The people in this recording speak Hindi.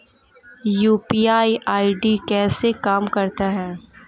यू.पी.आई आई.डी कैसे काम करता है?